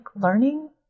learning